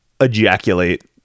ejaculate